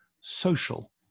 social